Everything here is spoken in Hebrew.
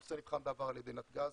הנושא נבחן בעבר על ידי נתג"ז,